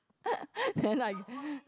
then I